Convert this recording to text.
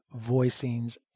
voicings